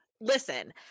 listen